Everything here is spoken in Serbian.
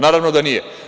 Naravno da nije.